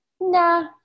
nah